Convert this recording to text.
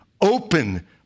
open